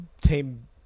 Team